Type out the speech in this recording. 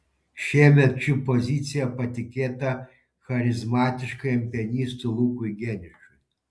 šiemet ši pozicija patikėta charizmatiškajam pianistui lukui geniušui